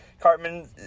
Cartman